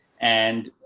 and,